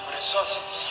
resources